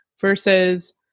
versus